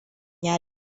ya